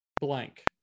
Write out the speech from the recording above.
blank